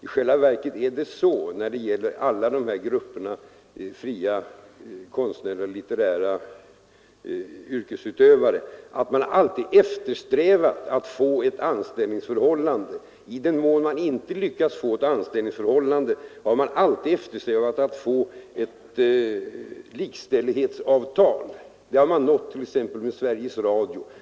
I själva verket har alla dessa grupper av fria konstnärliga och litterära yrkesutövare alltid eftersträvat att få ett anställningsförhållande. I den mån detta inte har lyckats har man sökt få till stånd ett likställighetsavtal. Det har man uppnått med t.ex. Sveriges Radio.